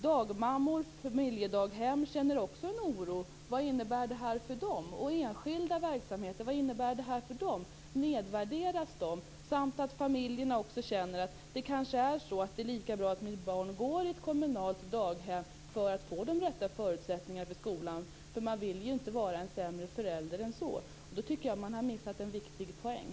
Dagmammor och familjedaghem känner också en oro för vad detta innebär för dem. Och vad innebär det för enskilda verksamheter? Nedvärderas de? Familjerna känner kanske också att det är lika bra att barnet går i ett kommunalt daghem för att få de rätta förutsättningarna för skolan. Man vill ju inte vara en sämre förälder än andra. Då tycker jag att man har missat en viktig poäng.